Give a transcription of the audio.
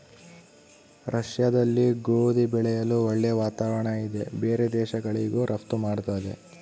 ರಷ್ಯಾದಲ್ಲಿ ಗೋಧಿ ಬೆಳೆಯಲು ಒಳ್ಳೆ ವಾತಾವರಣ ಇದೆ ಬೇರೆ ದೇಶಗಳಿಗೂ ರಫ್ತು ಮಾಡ್ತದೆ